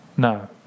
No